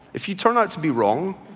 if you turn out to be wrong,